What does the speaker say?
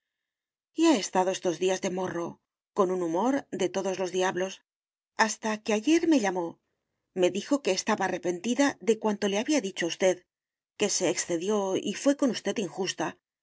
ha estado estos días de morro con un humor de todos los diablos hasta que ayer me llamó me dijo que estaba arrepentida de cuanto le había dicho a usted que se excedió y fué con usted injusta